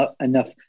enough